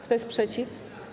Kto jest przeciw?